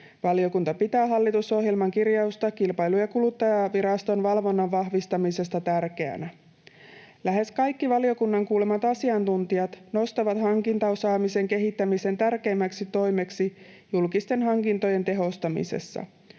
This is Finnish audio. Valiokunta pitää hallitusohjelman kirjausta Kilpailu‑ ja kuluttajaviraston valvonnan vahvistamisesta tärkeänä. Lähes kaikki valiokunnan kuulemat asiantuntijat nostavat hankintaosaamisen kehittämisen tärkeimmäksi toimeksi julkisten hankintojen tehostamisessa.